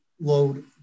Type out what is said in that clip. load